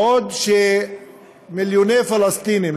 בעוד שמיליוני פלסטינים,